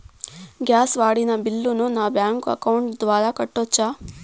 Gas వాడిన బిల్లును నా బ్యాంకు అకౌంట్ ద్వారా కట్టొచ్చా?